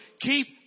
Keep